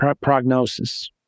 prognosis